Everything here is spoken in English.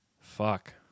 Fuck